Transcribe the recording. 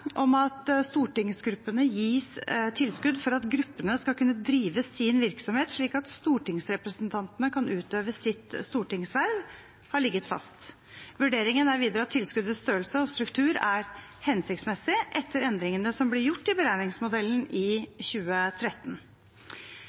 om at stortingsgruppene gis tilskudd for at gruppene skal kunne drive sin virksomhet slik at stortingsrepresentantene kan utøve sitt stortingsverv, har ligget fast. Vurderingen er videre at tilskuddets størrelse og struktur er hensiktsmessig etter endringene som ble gjort i beregningsmodellen i 2013.